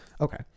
Okay